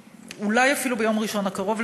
אולי אפילו ביום ראשון הקרוב,